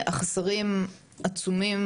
החסרים עצומים.